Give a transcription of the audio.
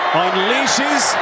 unleashes